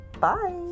Bye